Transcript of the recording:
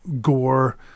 gore